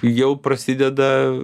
jau prasideda